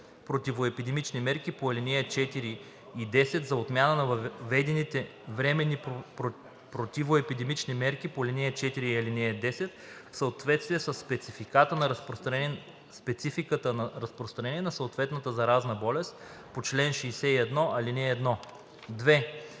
противоепидемични мерки по ал. 4 и 10 и за отмяна на въведени временни противоепидемични мерки по ал. 4 и 10 в съответствие със спецификата на разпространение на съответната заразна болест по чл. 61, ал. 1.“ 2.